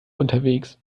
unterwegs